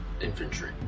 Infantry